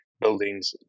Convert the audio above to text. buildings